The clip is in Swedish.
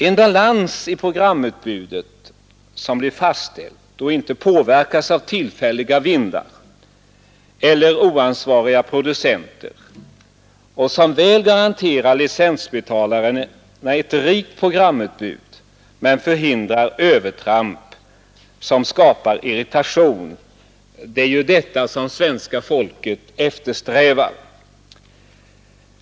En balans i programutbudet som blir fastställt och inte kan påverkas av tillfälliga vindar eller oansvariga producenter och som väl garanterar licensbetalaren ett rikt programutbud men förhindrar övertramp som skapar irritation, det är ju det som svenska folket eftersträvar.